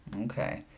Okay